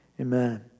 amen